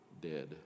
dead